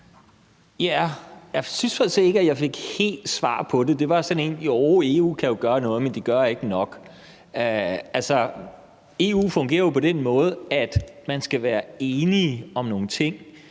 set ikke, at jeg helt fik svar på det. Det var sådan et svar, hvor man sagde: Jo, EU kan jo gøre noget, men de gør ikke nok. Altså, EU fungerer på den måde, at man skal være enige om nogle ting,